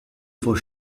for